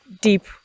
deep